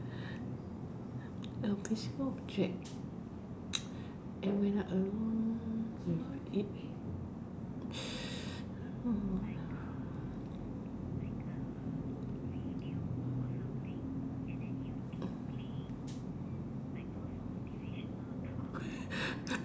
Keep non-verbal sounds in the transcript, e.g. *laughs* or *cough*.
object *noise* and when I'm alone with it *laughs*